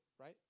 right